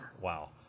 wow